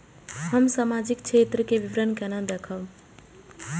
हम सामाजिक क्षेत्र के विवरण केना देखब?